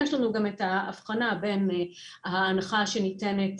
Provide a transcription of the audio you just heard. יש לנו גם את ההבחנה בין ההנחה שניתנת